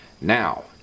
Now